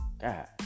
God